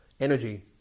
energy